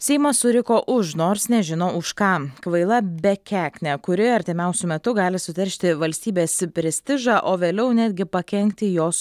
seimas suriko už nors nežino už ką kvaila bekeknė kuri artimiausiu metu gali suteršti valstybės prestižą o vėliau netgi pakenkti jos